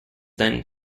then